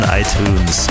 iTunes